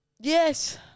Yes